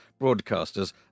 broadcasters